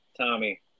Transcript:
tommy